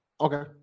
Okay